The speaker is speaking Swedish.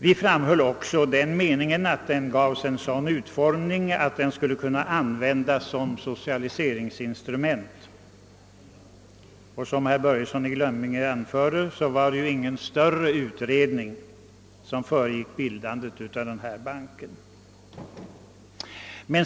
Vi framhöll också i fjol som vår uppfattning att banken gavs en sådan utformning att den skulle kunna användas som socialiseringsinstrument. Såsom herr Börjesson i Glömminge anförde hade inte någon större utredning föregått bildandet av banken.